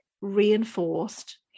reinforced